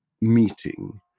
meeting